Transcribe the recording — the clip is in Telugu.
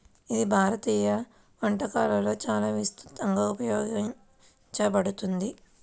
ఇది భారతీయ వంటకాలలో చాలా విస్తృతంగా ఉపయోగించబడుతుంది